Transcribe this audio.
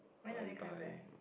when are they coming back